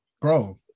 Bro